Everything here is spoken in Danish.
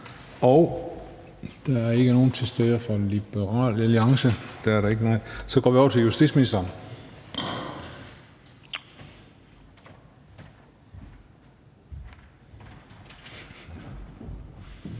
Der er ikke nogen til stede fra Liberal Alliance, og så går vi over til justitsministeren.